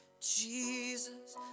Jesus